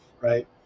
right